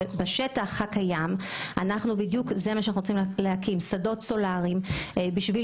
בשטח הקיים אנחנו רוצים להקים שדות סולריים כדי